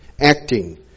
acting